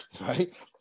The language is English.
Right